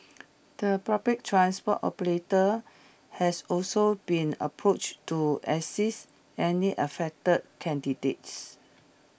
the public transport operators have also been approached to assist any affected candidates